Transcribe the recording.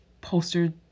poster